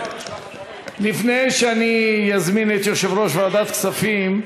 לפני שאני אזמין את יושב-ראש ועדת הכספים,